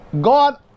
God